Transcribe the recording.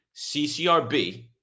CCRB